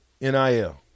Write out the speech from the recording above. NIL